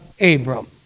Abram